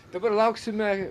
dabar lauksime